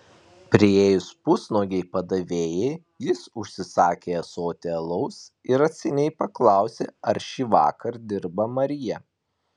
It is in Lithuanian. priėjus pusnuogei padavėjai jis užsisakė ąsotį alaus ir atsainiai paklausė ar šįvakar dirba marija